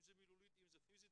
אם מילולית ואם פיזית,